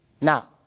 Now